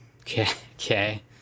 Okay